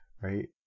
right